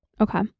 Okay